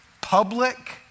public